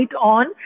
on